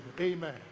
amen